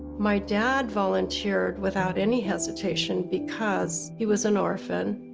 my dad volunteered without any hesitation because he was an orphan.